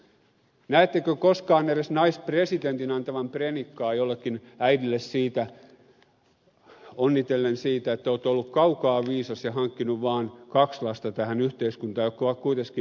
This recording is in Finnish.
näettekö koskaan edes naispresidentin antavan prenikkaa jollekin äidille onnitellen siitä että olette ollut kaukaa viisas ja hankkinut tähän yhteiskuntaan vaan kaksi lasta jotka ovat kuitenkin menestyneet